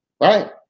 right